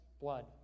blood